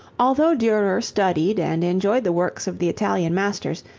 although durer studied and enjoyed the works of the italian masters,